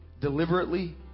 deliberately